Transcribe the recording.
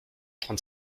trente